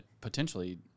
potentially